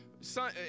son